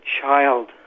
child